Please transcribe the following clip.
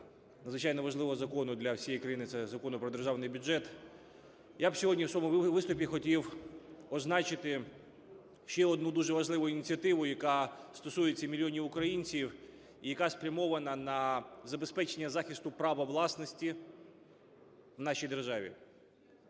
надзвичайно важливого закону для всієї країни – це Закону про державний бюджет. Я б сьогодні в своєму виступі хотів означити ще одну дуже важливу ініціативу, яка стосується мільйонів українців і яка спрямована на забезпечення захисту права власності в нашій державі.